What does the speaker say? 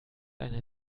eine